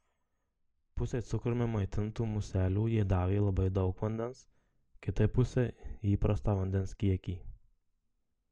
pusei cukrumi maitintų muselių jie davė labai daug vandens kitai pusei įprastą vandens kiekį